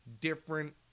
different